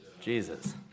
Jesus